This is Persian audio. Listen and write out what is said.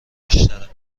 بیشتره